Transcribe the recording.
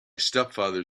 stepfather